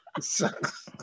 sucks